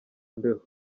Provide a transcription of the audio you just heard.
mbeho